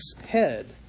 head